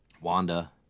wanda